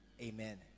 Amen